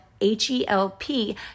H-E-L-P